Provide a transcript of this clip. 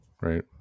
Right